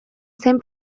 zen